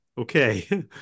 okay